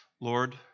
Lord